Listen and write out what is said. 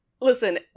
Listen